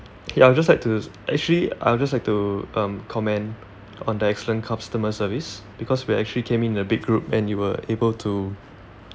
ya I would just like to actually I would just like to um comment on the excellent customer service because we actually came in a big group and you were able to